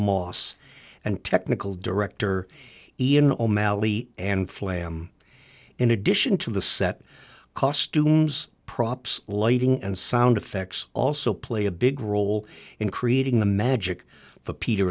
moss and technical director ian all mally and flam in addition to the set costumes props lighting and sound effects also play a big role in creating the magic for peter